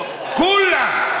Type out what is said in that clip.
כולם.